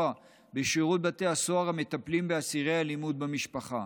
בשירות בתי הסוהר המטפלים באסירי אלימות במשפחה.